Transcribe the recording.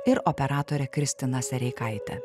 ir operatore kristina sereikaitė